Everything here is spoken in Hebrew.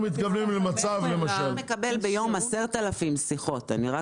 המוקד מקבל 10,000 שיחות ביום.